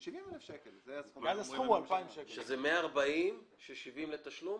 שזאת שומה של 140,000 שקל ו-70,000 לתשלום?